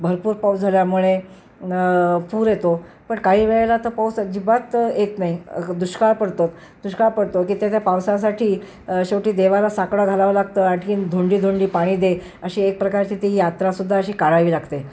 भरपूर पाऊस झाल्यामुळे पूर येतो पण काही वेळेला तर पाऊस अजिबात येत नाही दुष्काळ पडतो दुष्काळ पडतो की तिथे पावसासाठी शेवटी देवाला साकडं घालावं लागतं आणखीन धुंडी धुंडी पाणी दे अशी एक प्रकारची ती यात्रासुद्धा अशी काढावी लागते